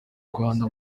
rwanda